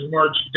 March